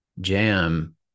jam